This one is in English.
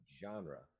genre